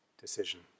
decision